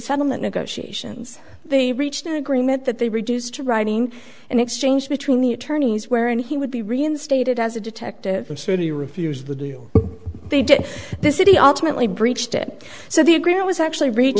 settlement negotiations they reached an agreement that they reduced to writing an exchange between the attorneys wherein he would be reinstated as a detective and city refused the deal they did the city ultimately breached it so the agreement was actually rea